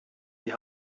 die